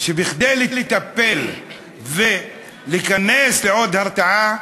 שכדי לטפל ולהיכנס לעוד הרתעה,